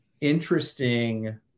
interesting